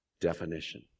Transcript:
definition